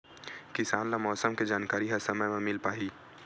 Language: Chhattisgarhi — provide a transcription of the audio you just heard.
किसान ल मौसम के जानकारी ह समय म मिल पाही?